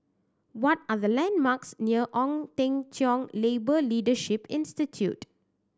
what are the landmarks near Ong Teng Cheong Labour Leadership Institute